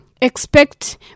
expect